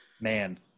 Man